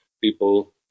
people